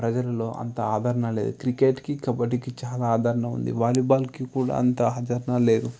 ప్రజలలో అంత ఆదరణ లేదు క్రికెట్కి కబడ్డీకి చాలా ఆదరణ ఉంది వాలీబాల్కి కూడా అంత ఆదరణ లేదు